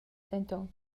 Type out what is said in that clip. denton